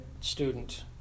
student